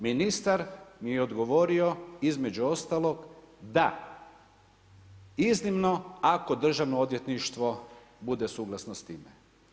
Ministar mi je odgovorio između ostalog da iznimno ako državno odvjetništvo bude suglasno s time.